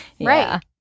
Right